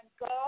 God